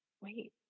wait